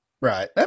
Right